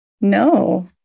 no